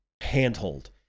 handhold